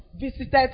visited